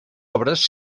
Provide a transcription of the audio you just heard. obres